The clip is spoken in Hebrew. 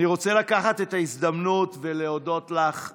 אני רוצה לנצל את ההזדמנות ולהודות לך בשמי,